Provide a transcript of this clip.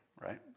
right